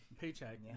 Paycheck